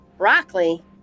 broccoli